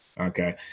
Okay